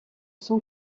son